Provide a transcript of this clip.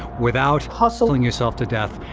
without hustle. ing yourself to death.